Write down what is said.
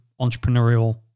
entrepreneurial